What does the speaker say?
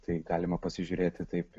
tai galima pasižiūrėti taip